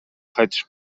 кайтыш